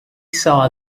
saw